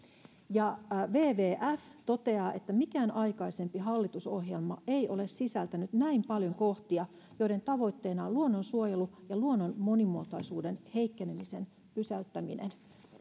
ja wwf toteaa että mikään aikaisempi hallitusohjelma ei ole sisältänyt näin paljon kohtia joiden tavoitteena on luonnonsuojelu ja luonnon monimuotoisuuden heikkenemisen pysäyttäminen